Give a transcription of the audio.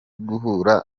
guhura